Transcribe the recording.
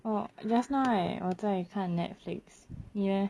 oh just now I 我在看 netflix 你 leh